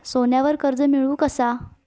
सोन्यावर कर्ज मिळवू कसा?